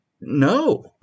no